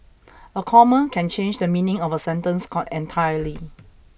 a comma can change the meaning of a sentence can't entirely